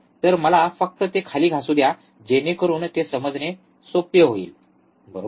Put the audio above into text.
तर मला फक्त ते खाली घासू द्या जेणेकरून ते समजणे सोपे होईल बरोबर